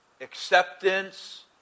acceptance